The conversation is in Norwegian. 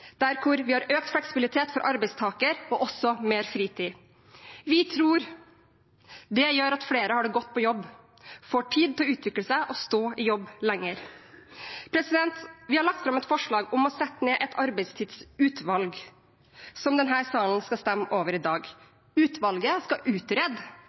der vi har økt fleksibilitet for arbeidstakere og også mer fritid. Vi tror det vil gjøre at flere har det godt på jobb, får tid til å utvikle seg og står i jobb lenger. Vi har lagt fram et forslag om å sette ned et arbeidstidsutvalg, som denne salen skal stemme over i dag. Utvalget skal utrede